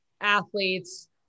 athletes